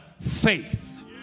faith